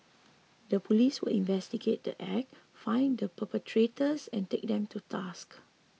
the police will investigate the Act find the perpetrators and take them to task